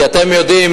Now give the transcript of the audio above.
כי אתם יודעים,